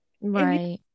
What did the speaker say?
Right